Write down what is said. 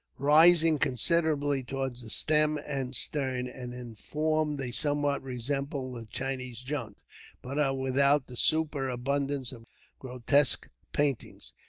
rising considerably towards the stem and stern, and in form they somewhat resemble the chinese junk but are without the superabundance of grotesque painting,